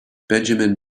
benjamin